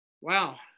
Wow